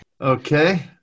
Okay